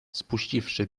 spuściwszy